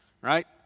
right